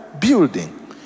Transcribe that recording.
building